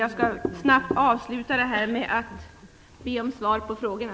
Jag skall därför avsluta mitt anförande med att be om svar på frågorna.